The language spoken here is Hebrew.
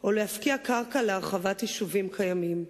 או להפקיע קרקע להרחבת יישובים קיימים.